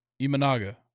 Imanaga